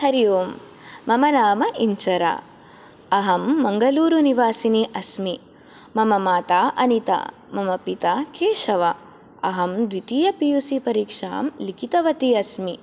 हरि ओम् मम नाम इञ्चरा अहं मङ्गलूरु निवासिनी अस्मि मम माता अनिता मम पिता केशवः अहं द्वितीय पी यु सी परीक्षां लिखितवती अस्मि